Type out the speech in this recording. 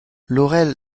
laurel